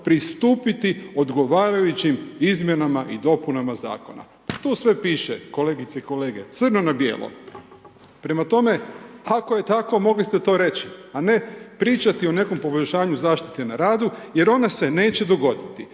pristupiti odgovarajućim izmjenama i dopunama zakona. Tu sve pište, kolegice i kolege, crno na bijelo. Prema tome, ako je tako, mogli ste to reći, a ne pričati o nekom poboljšanju zaštite na radu, jer ona se neće dogoditi.